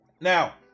Now